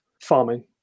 farming